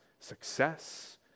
success